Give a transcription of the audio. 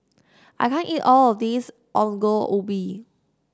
I can't eat all of this Ongol Ubi